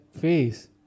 face